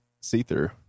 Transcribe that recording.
see-through